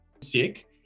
sick